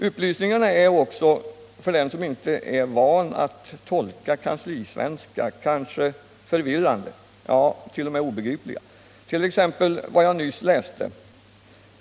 Upplysningarna är också för den som inte är van att tolka kanslisvenska förvirrande, t.o.m. obegripliga. Det gäller t.ex. det avsnitt jag nyss citerade.